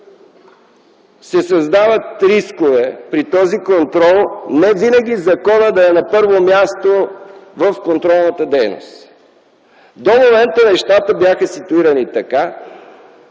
се създават рискове не винаги законът да е на първо място в контролната дейност. До момента нещата бяха ситуирани така,